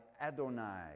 Adonai